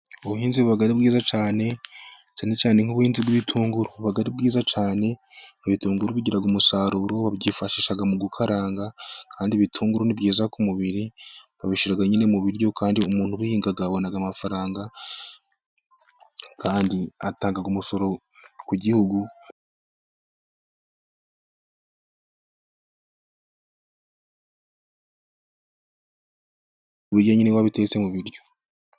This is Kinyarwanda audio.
Ubuhinzi buba ari bwiza cyane, cyane cyane nk'ubuhinzi bw'ibitunguru buba ari bwiza cyane, ibitunguru bigira umusaruro wabyifashisha mu gukaranga, kandi ibitunguru ni byiza ku mubiri babishyira nyine mu biryo, kandi umuntu uhinga abona amafaranga, kandi atanga umusoro ku gihugu. Kubirya nyine wabitetse mu biryo.